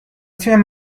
تیم